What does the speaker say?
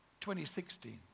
2016